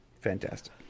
fantastic